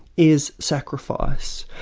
is sacrifice.